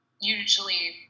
Usually